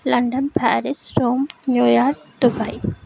London Paris Rome New York Dubai